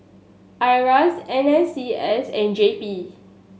IRAS N S C S and J P